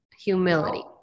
humility